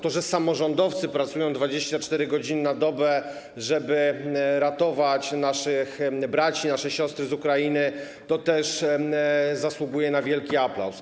To, że samorządowcy pracują 24 godziny na dobę, żeby ratować naszych braci, nasze siostry z Ukrainy, też zasługuje na wielki aplauz.